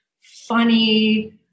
funny